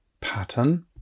pattern